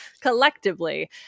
collectively